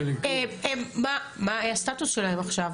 מה הסטטוס שלהם עכשיו?